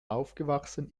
aufgewachsen